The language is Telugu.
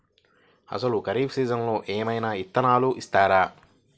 అసలు ఖరీఫ్ సీజన్లో ఏమయినా విత్తనాలు ఇస్తారా?